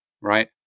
right